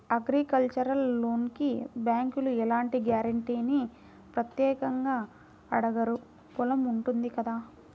agricultural లోనుకి బ్యేంకులు ఎలాంటి గ్యారంటీనీ ప్రత్యేకంగా అడగరు పొలం ఉంటుంది కదా